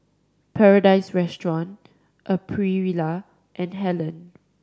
Paradise Restaurant Aprilia and Helen